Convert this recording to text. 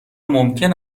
ممکن